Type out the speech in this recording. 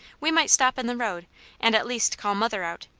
we might stop in the road and at least call mother out.